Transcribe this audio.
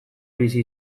bizi